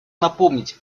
напомнить